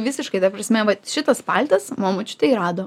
visiškai ta prasme vat šitas paltas mano močiutė jį rado